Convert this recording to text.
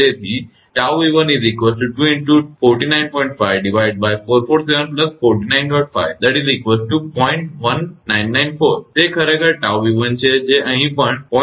તેથી તે ખરેખર 𝜏𝑉1 છે અહીં પણ 0